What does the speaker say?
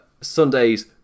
Sundays